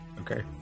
Okay